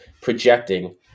projecting